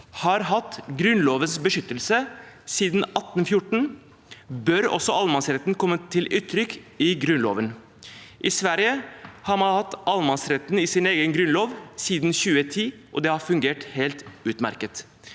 har hatt Grunnlovens beskyttelse siden 1814, bør også allemannsretten komme til uttrykk i Grunnloven. I Sverige har man hatt allemannsretten i grunnloven siden 2010, og det har fungert helt utmerket.